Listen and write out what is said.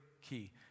key